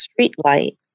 streetlight